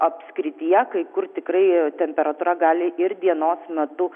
apskrityje kai kur tikrai temperatūra gali ir dienos metu